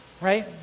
Right